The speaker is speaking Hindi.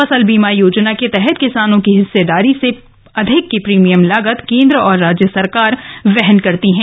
फसल बीमा योजना के तहत किसानों की हिस्सेदारी से अधिक की प्रीमियम लागत केन्द्र और राज्य सरकार वहन करती हैं